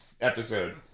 episode